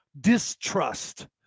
distrust